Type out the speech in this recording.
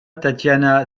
tatiana